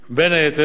בין היתר,